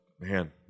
Man